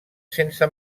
sense